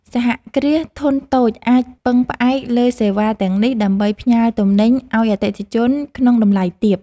សហគ្រាសធុនតូចអាចពឹងផ្អែកលើសេវាទាំងនេះ ដើម្បីផ្ញើទំនិញឱ្យអតិថិជនក្នុងតម្លៃទាប។